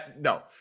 No